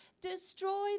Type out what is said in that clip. destroy